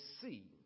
see